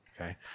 okay